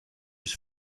his